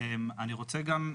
אני רוצה גם לומר,